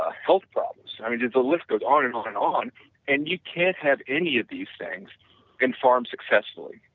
ah health problems. i mean, just the list goes on and on and on, and you can't have any of these things in farm successfully,